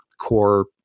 core